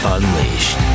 Unleashed